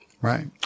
Right